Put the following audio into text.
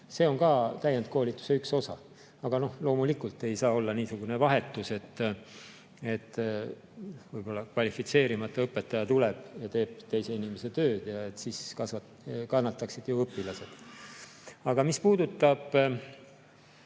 see on ka täiendkoolituse üks osa. Aga loomulikult ei saa see olla niisugune vahetus, et võib-olla kvalifitseerimata õpetaja tuleb ja teeb teise inimese tööd. Siis kannataksid ju õpilased. Aga mis puudutab